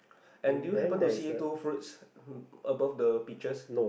and do you happen to see two fruits above the peaches